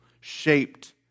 shaped